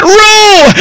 rule